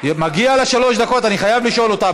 מגיעות לה שלוש דקות, אני חייב לשאול אותה.